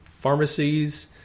pharmacies